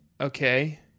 Okay